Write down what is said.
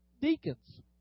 deacons